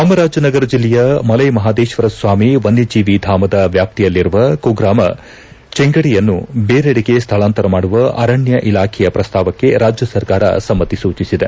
ಚಾಮರಾಜನಗರ ಜಿಲ್ಲೆಯ ಮಲ್ಟೆಮಹಾದೇಶ್ವರಸ್ವಾಮಿ ವನ್ಯಜೀವಿ ಧಾಮದ ವ್ಯಾಪ್ತಿಯಲ್ಲಿರುವ ಕುಗ್ರಾಮ ಚೆಂಗಡಿಯನ್ನು ಬೇರೆಡೆಗೆ ಸ್ಥಳಾಂತರ ಮಾಡುವ ಅರಣ್ಯ ಇಲಾಖೆಯ ಪ್ರಸ್ಥಾವಕ್ಕೆ ರಾಜ್ಯ ಸರ್ಕಾರ ಸಮ್ಮತಿ ಸೂಚಿಸಿದೆ